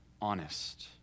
honest